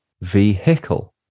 vehicle